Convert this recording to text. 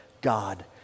God